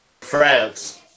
France